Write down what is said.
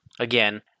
again